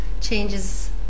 changes